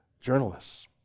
journalists